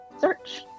search